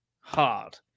hard